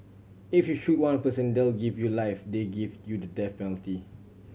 if you shoot one person they'll give you life they give you the death penalty